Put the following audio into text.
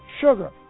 Sugar